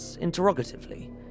interrogatively